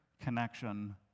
connection